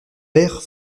vert